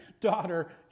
daughter